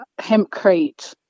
hempcrete